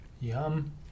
Yum